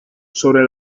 sobre